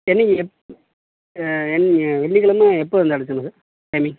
என்னைக்கி எப்போ என் வெள்ளிக்கெழமை எப்போ வந்து அழைச்சிக்கிணும் சார் டைமிங்க்